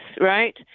right